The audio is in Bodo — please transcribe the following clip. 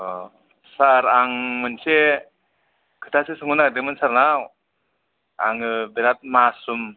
सार आं मोनसे खोथासो सोंहरनो नागिरदोंमोन सारनाव आङो बिराथ मासरुम